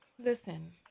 Listen